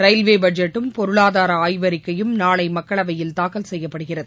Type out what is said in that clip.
railway பட்ஜெட்டும் பொருளாதார ஆய்வறிக்கையும் நாளை மக்களவையில் தாக்கல் செய்யப்படுகிறது